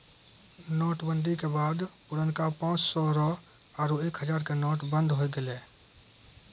note बंदी के बाद पुरनका पांच सौ रो आरु एक हजारो के नोट बंद होय गेलै